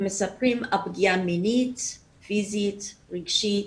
הם מספרים על פגיעה מינית, פיזית, רגשית,